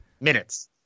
minutes